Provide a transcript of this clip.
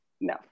no